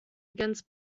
against